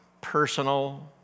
personal